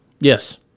Yes